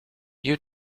you